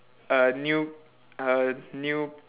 uh new uh new